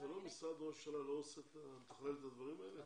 משרד ראש הממשלה לא מתכלל את הדברים האלה?